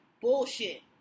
Bullshit